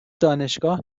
دانشگاه